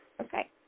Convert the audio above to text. Okay